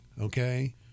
okay